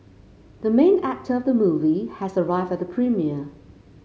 the main actor of the movie has arrived at the premiere